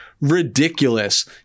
ridiculous